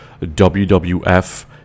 WWF